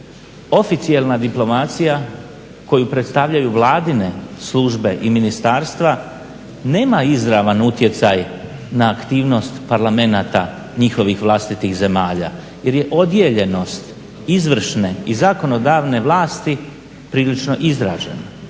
oficijelna diplomacija koju predstavljaju vladine službe i ministarstva nema izravan utjecaj na aktivnost parlamenata njihovih vlastitih zemalja jer je odijeljenost izvršne i zakonodavne vlasti prilično izražena.